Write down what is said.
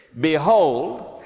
Behold